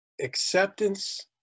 acceptance